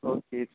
okay ਜੀ